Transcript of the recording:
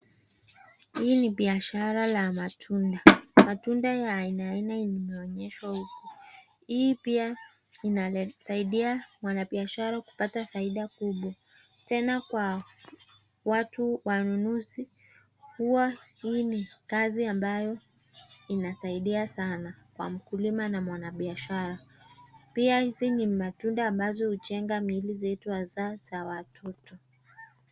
Hii ni biashara la matunda. Matunda ya aina aina imeonyeshwa huku. Hii pia inasaidia mwanabiashara kupata faida kubwa. Tena kwa watu wanunuzi huwa hii ni kazi ambayo inasaidia sana kwa mkulima na mwanabiashara. Pia hizi ni matunda ambazo hujenga miili zetu hasaa kwa watoto.